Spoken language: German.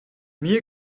mir